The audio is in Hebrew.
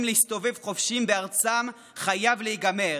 להסתובב חופשיים בארצם חייב להיגמר.